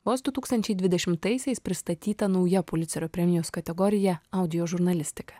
vos du tūkstančiai dvidešimtaisiais pristatyta nauja pulicerio premijos kategorija audio žurnalistika